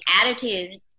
attitude